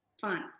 fun